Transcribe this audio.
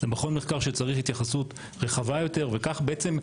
זה מכון מחקר שצריך התייחסות רחבה יותר וכך בעצם,